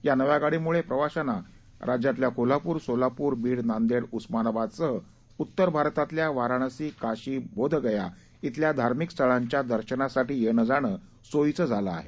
या नव्या गाडीमुळे प्रवाशांना राज्यातल्या कोल्हापूर सोलापूर बीड नांदेड उस्मानाबादसह उत्तर भारतातल्या वाराणसी काशी बोधगया इथल्या धार्मिक स्थळांच्या दर्शनासाठी येणं जाणं सोयीचं झालं आहे